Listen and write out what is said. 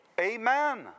Amen